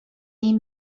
این